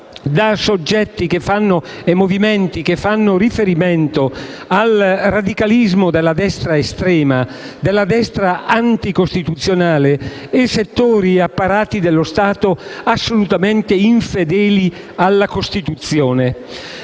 da soggetti e movimenti che fanno riferimento al radicalismo della destra estrema e anticostituzionale e a settori e apparati dello Stato assolutamente infedeli alla Costituzione.